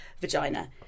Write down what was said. vagina